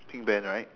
pink band right